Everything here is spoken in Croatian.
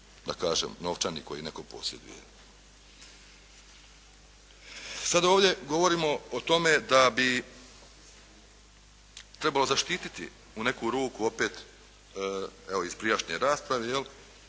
ili udio novčani koji netko posjeduje. Sada ovdje govorimo o tome da bi trebalo zaštititi u neku ruku opet evo iz prijašnje rasprave, ali